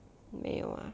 没有啊